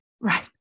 Right